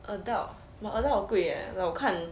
adult !wah! adult 很贵 leh 我看